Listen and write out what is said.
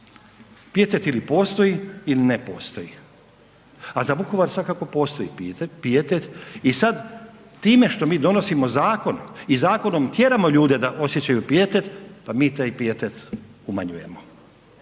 Pijetet ili postoji ili ne postoji, ali za Vukovar svakako postoji pijetet i sad time što mi donosimo zakon i zakonom tjeramo ljude da osjećaju pijetet, pa mi taj pijetet umanjujemo.